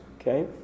Okay